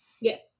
yes